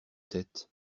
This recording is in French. têtes